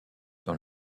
dans